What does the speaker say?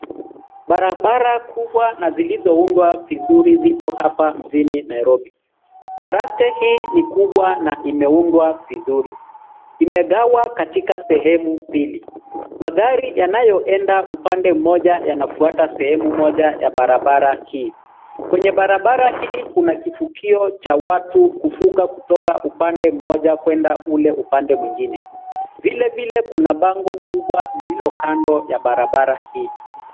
Barabara kubwa na zilizoundwa vizuri zipo hapa mjini Nairobi. Baraste hii ni kubwa na imeundwa vizuri. Imegawa katika sehemu mbili. Magari yanayoenda upande mmoja yanafuata sehemu moja ya barabara hii. Kwenye barabara hii kuna kivukio cha watu kuvuka kutoka upande mmoja kwenda ule upande mwingine. Vilevile, kuna bango kubwa lililo kando ya barabara hii.